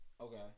Okay